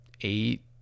eight